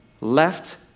left